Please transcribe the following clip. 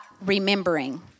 remembering